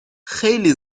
خیلی